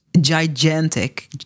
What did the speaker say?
gigantic